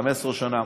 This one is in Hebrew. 15 שנה.